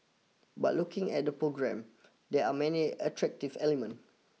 but looking at the programme there are many attractive element